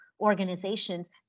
organizations